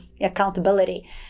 accountability